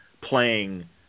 playing